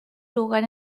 lugar